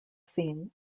seen